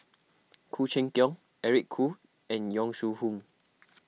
Khoo Cheng Tiong Eric Khoo and Yong Shu Hoong